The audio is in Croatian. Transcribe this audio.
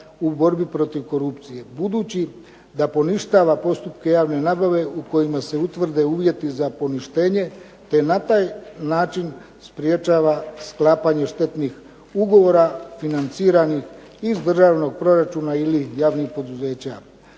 u borbi protiv korupcije. Budući da poništava postupke javne nabave u kojima se utvrde uvjeti za poništenje, te na taj način sprječava sklapanje štetnih ugovora financiranih iz državnog proračuna ili javnih poduzeća.